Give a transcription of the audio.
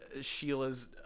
Sheila's